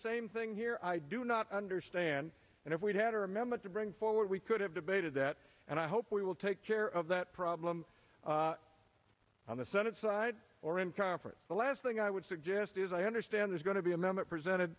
same thing here i do not understand and if we had remembered to bring forward we could have debated that and i hope we will take care of that problem on the senate side or in conference the last thing i would suggest is i understand there's going to be a moment presented